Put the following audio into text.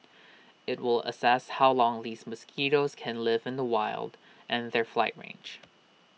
IT will assess how long these mosquitoes can live in the wild and their flight range